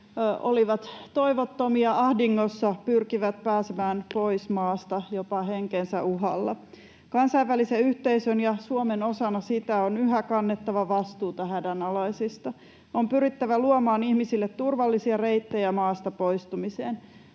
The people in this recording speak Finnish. olivat toivottomia, ahdingossa, pyrkivät pääsemään pois maasta jopa henkensä uhalla. Kansainvälisen yhteisön ja Suomen osana sitä on yhä kannettava vastuuta hädänalaisista. On pyrittävä luomaan ihmisille turvallisia reittejä maasta poistumiseen.